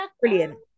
Brilliant